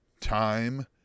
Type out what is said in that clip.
time